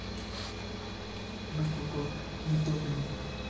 ᱱᱩᱠᱩ ᱠᱚ ᱧᱩᱛᱩᱢᱤᱧ